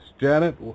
Janet